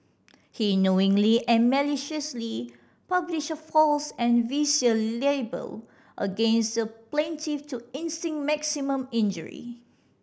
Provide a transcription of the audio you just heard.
he knowingly and maliciously published a false and vicious libel against the plaintiff to inflict maximum injury